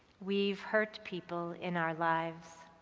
we've hurt people in our lives.